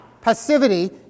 passivity